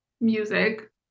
music